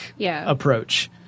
approach